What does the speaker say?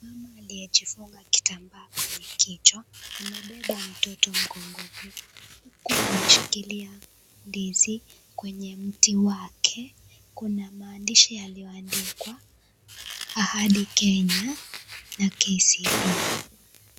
Mama aliyejifunga kitambaa kwenye kichwa amebeba mtoto mgongoni huku ameshikilia ndizi kwenye mti wake kuna maandishi yaliyoandikwa Ahadi Kenya na KCB